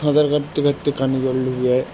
সাঁতার কাটতে কাটতে কানে জল ঢুকে যায়